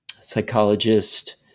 psychologist